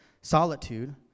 Solitude